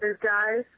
guys